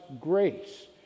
grace